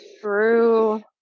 True